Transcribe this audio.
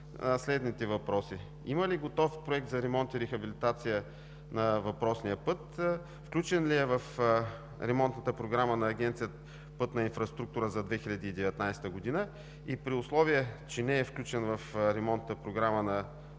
следните въпроси: има ли готов проект за ремонт и рехабилитация на въпросния път? Включен ли е в ремонтната програма на Агенция „Пътна инфраструктура“ за 2019 г.? При условие, че не е включен в ремонтната програма на